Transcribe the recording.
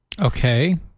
okay